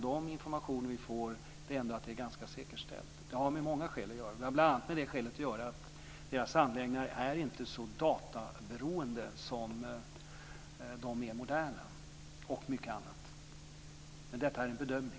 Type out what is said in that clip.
Den information som vi får tyder på att detta av många skäl är ganska säkerställt, bl.a. är deras anläggningar inte så databeroende som de mer moderna. Men detta är en bedömning.